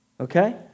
okay